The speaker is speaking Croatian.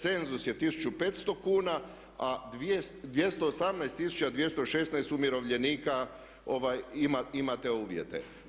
Cenzus je 1500 kuna a 218 tisuća 216 umirovljenika ima te uvjete.